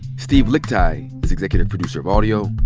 steve lickteig is executive producer of audio.